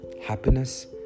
happiness